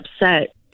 upset